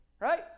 right